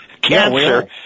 cancer